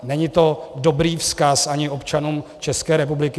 Není to dobrý vzkaz ani občanům České republiky.